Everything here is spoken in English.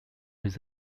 his